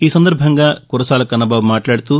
ఈ సందర్భంగా కురసాల కన్నబాబు మాట్లాడుతూ